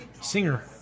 singer